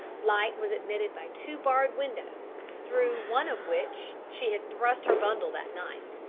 light was admitted by two barred windows, through one of which she had thrust her bundle that night,